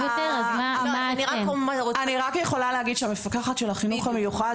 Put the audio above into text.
יותר.) אני רק יכולה להגיד שהמפקחת של החינוך המיוחד,